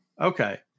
Okay